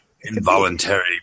Involuntary